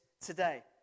today